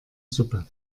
suppe